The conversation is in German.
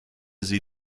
sie